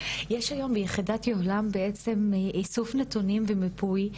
יש היום שם בעצם איסוף נתונים ומיפוי.